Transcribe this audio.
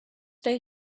day